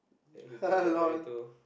he's going to get married to